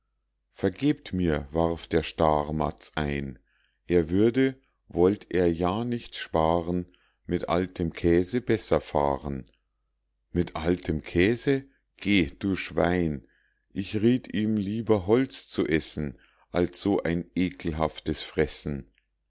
vergebt mir warf der staarmatz ein er würde wollt er ja nichts sparen mit altem käse besser fahren mit altem käse geh du schwein ich rieth ihm lieber holz zu essen als ein so ekelhaftes fressen